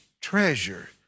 treasure